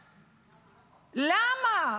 למה?